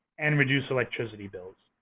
and reduced electricity bills.